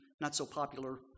not-so-popular